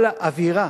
אבל האווירה